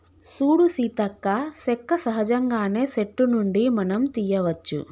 సూడు సీతక్క సెక్క సహజంగానే సెట్టు నుండి మనం తీయ్యవచ్చు